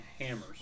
hammers